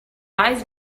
eyes